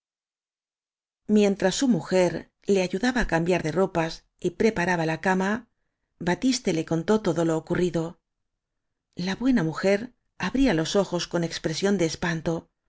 mientras su mujer le ayudaba á cambiar de ropas y preparaba la cama batiste la contó todo lo ocurrido la buena mujer abría los ojos con expresión de espanto